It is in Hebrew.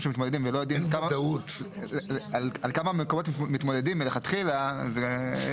שמתמודדים ולא יודעים על כמה מקומות מתמודדים מלכתחילה זה יוצר בעיה.